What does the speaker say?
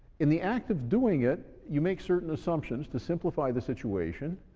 in the act of doing it, you make certain assumptions to simplify the situation,